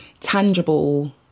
tangible